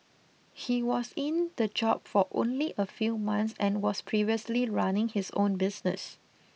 he was in the job for only a few months and was previously running his own business